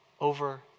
over